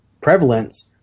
prevalence